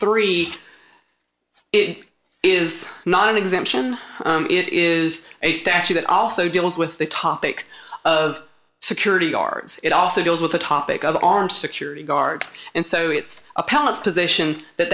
three it is not an exemption it is a statute that also deals with the topic of security guards it also deals with the topic of on security guards and so it's a palace position that